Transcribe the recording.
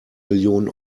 millionen